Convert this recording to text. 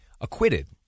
acquitted